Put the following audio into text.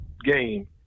game